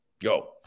go